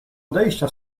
odejścia